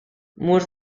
murs